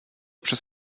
przez